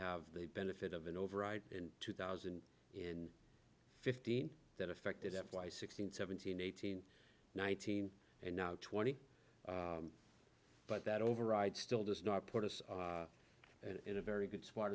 have the benefit of an override in two thousand and fifteen that affected f y sixteen seventeen eighteen nineteen and now twenty but that override still does not put us in a very good s